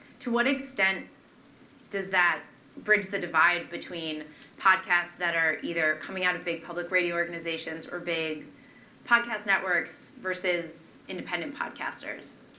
to what extent does that bridge the divide between podcasts that are either coming out of big public radio organizations or big podcast networks versus independent podcasters?